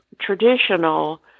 traditional